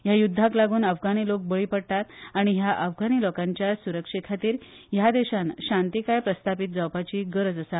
ह्या युध्दाक लागून अफगाणी लोक बळी पडतात आनी ह्या अफगाणी लोकांच्या सुरक्षेखातीर ह्या देशान शांतिकाय प्रस्तापित जावपाची गरज आसा